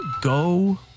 go